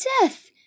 death